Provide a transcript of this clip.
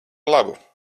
labu